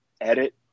edit